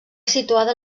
situada